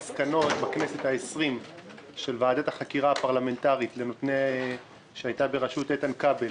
בכנסת העשרים היו מסקנות של ועדת החקירה הפרלמנטרית בראשות איתן כבל,